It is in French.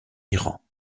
iran